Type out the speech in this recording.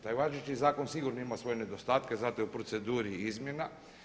Taj važeći zakon sigurno ima svoje nedostatke zato je u proceduri izmjena.